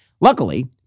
Luckily